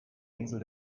insel